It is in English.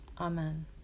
Amen